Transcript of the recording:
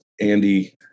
Andy